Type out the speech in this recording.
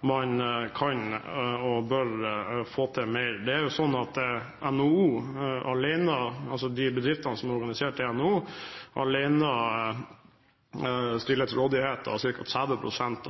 man kan og bør få til mer. De bedriftene som er organisert i NHO, stiller alene til rådighet ca. 30 pst.